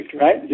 right